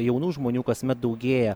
jaunų žmonių kasmet daugėja